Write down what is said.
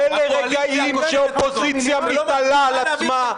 אלה רגעים שאופוזיציה מתעלה על עצמה.